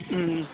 మ్మ్